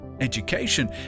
Education